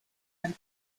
and